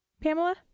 Pamela